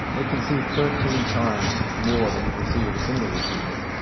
it can see thirteen times more than you can see with a single receiver.